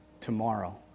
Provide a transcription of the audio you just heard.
tomorrow